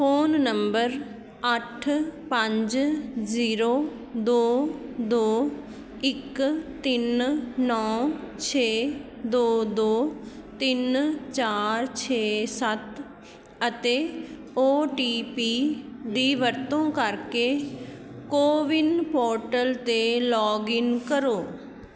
phone number ਅੱਠ ਪੰਜ zero ਦੋ ਦੋ ਇੱਕ ਤਿੰਨ ਨੌ ਛੇ ਦੋ ਦੋ ਤਿੰਨ ਚਾਰ ਛੇ ਸੱਤ ਅਤੇ ਓ ਟੀ ਪੀ ਦੀ ਵਰਤੋਂ ਕਰਕੇ ਕੋਵਿਨ ਪੋਰਟਲ 'ਤੇ ਲੌਗਇਨ ਕਰੋ